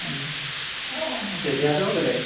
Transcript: অঁ তেতিয়াতো বেলেগ